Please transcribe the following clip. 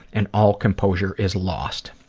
and all composure is lost.